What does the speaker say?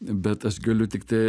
bet aš galiu tiktai